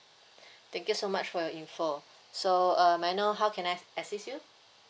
thank you so much for your info so uh may I know how can I assist you